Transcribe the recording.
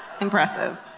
Impressive